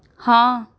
ਹਾਂ